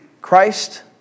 Christ